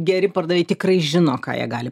geri pardavėjai tikrai žino ką jie gali